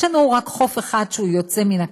יש לנו רק חוף אחד שהוא יוצא מן הכלל,